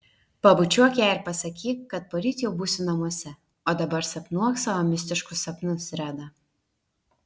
pabučiuok ją ir pasakyk kad poryt jau būsiu namuose o dabar sapnuok savo mistiškus sapnus reda